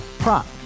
Prop